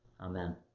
Amen